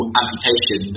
amputation